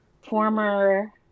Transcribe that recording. Former